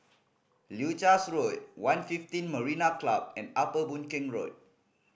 Leuchars Road One fifteen Marina Club and Upper Boon Keng Road